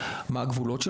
מה הגבולות של